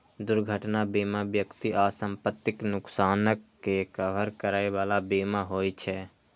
दुर्घटना बीमा व्यक्ति आ संपत्तिक नुकसानक के कवर करै बला बीमा होइ छे